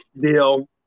deal